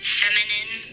feminine